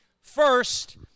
First